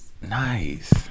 Nice